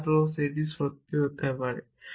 4 রোজ এটা সত্যি হতে পারে